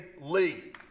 Lee